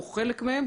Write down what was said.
או חלק מהם,